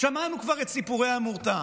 שמענו כבר את סיפורי המורתע.